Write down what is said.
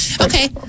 Okay